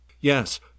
Yes